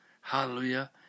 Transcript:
Hallelujah